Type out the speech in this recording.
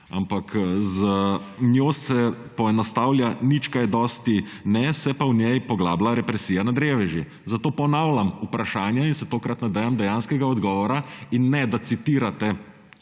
ampak z njo se poenostavlja nič kaj dosti ne, se pa v njej poglablja represija nad reveži,. Zato ponavljam vprašanje in se tokrat nadejam dejanskega odgovora in ne da citirate